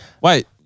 Wait